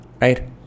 Right